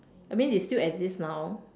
I mean they still exist now